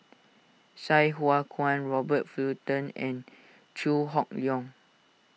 Sai Hua Kuan Robert Fullerton and Chew Hock Leong